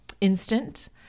instant